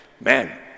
man